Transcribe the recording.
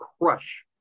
crush